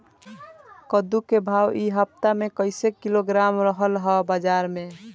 कद्दू के भाव इ हफ्ता मे कइसे किलोग्राम रहल ह बाज़ार मे?